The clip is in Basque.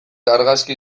argazki